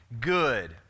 good